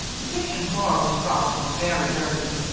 the kitchen floor was rough and very dirty.